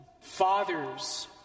Fathers